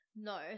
no